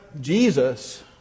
Jesus